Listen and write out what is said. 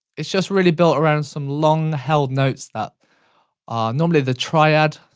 it's just really built around some long-held notes that are normally the triad.